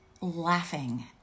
laughing